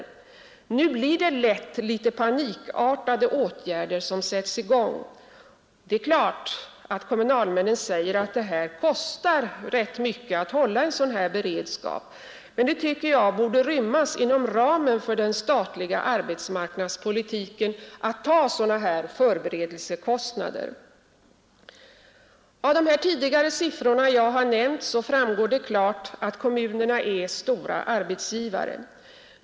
Nu blir det lätt litet panikartade åtgärder som vidtas. Det är klart att kommunalmännen säger att det kostar rätt mycket att hålla denna beredskap, men sådana här förberedelsekostnader borde rymmas inom ramen för den statliga arbetsmarknadspolitiken. Av de siffror som jag tidigare har nämnt framgår klart att kommunerna är stora arbetsgivare.